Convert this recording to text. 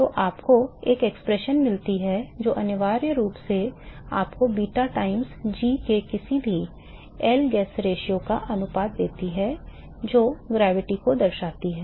तो आपको एक अभिव्यक्ति मिलती है जो अनिवार्य रूप से आपको beta times g के किसी भी L guess ratio का अनुपात देती है जो गुरुत्वाकर्षण को दर्शाती है